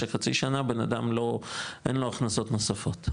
שחצי שנה בן אדם אין לו הכנסות נוספות.